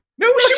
No